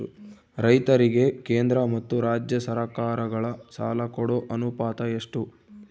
ರೈತರಿಗೆ ಕೇಂದ್ರ ಮತ್ತು ರಾಜ್ಯ ಸರಕಾರಗಳ ಸಾಲ ಕೊಡೋ ಅನುಪಾತ ಎಷ್ಟು?